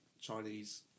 Chinese